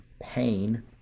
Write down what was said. pain